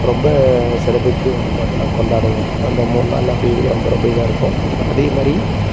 ரொம்ப சிறப்பிச்சி வந்து பார்த்திங்கன்னா கொண்டாடுவோம் அந்த மூணு நாளில் அப்படி இருக்கிறப்போ ரொம்ப இதாக இருக்கும் அதே மாதிரி